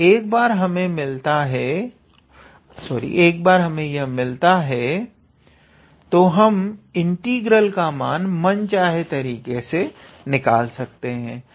और एक बार हमें यह मिलता है तो हम इंटीग्रल का मान मनचाहे तरीके से निकाल सकते हैं